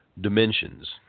dimensions